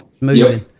Moving